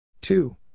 Two